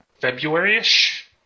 February-ish